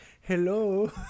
hello